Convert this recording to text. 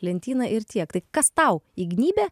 lentyną ir tiek tai kas tau įgnybė